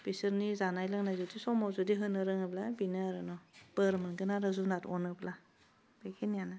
बिसोरनि जानाय लोंनाय जुदि समाव जुदि होनो रोङोब्ला बिनो आरो न' बोर मोनगोन आरो जुनाद अनोब्ला बेखिनियानो